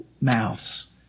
mouths